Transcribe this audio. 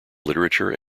literature